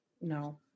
No